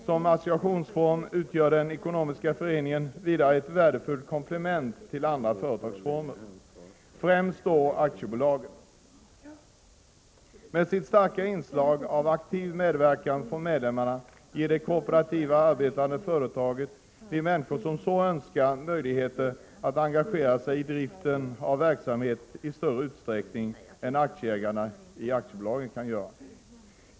Som associationsform utgör den ekonomiska föreningen vidare ett värdefullt komplement till andra företagsformer, främst då aktiebolag. Med sitt starka inslag av aktiv medverkan från medlemmarna ger det kooperativt arbetande företaget de människor som så önskar möjlighet att engagera sig i driften av verksamheten i större utsträckning än aktieägarna i aktiebolagen kan göra.